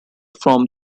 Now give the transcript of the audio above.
from